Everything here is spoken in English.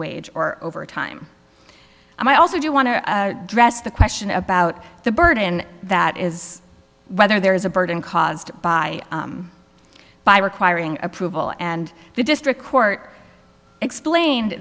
wage or overtime i also do want to address the question about the burden that is whether there is a burden caused by by requiring approval and the district court explained